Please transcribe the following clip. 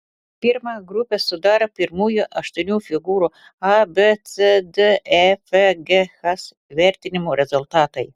pirmą grupę sudaro pirmųjų aštuonių figūrų a b c d e f g h įvertinimų rezultatai